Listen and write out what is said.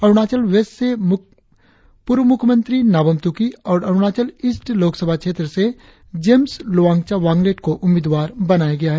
Arunachal west से पूर्व मुख्यमंत्री नाबम तुकी और अरुणाचल ईस्ट लोक सभा क्षेत्र से जेम्स लोवांगचा वांगलेट को उम्मीदवार बनाया गया है